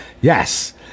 yes